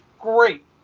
great